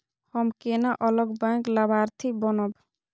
हम केना अलग बैंक लाभार्थी बनब?